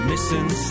Missing